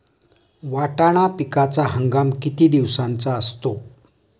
वाटाणा पिकाचा हंगाम किती दिवसांचा असतो?